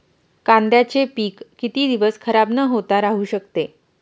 कांद्याचे पीक किती दिवस खराब न होता राहू शकते?